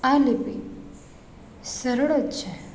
આ લિપિ સરળ જ છે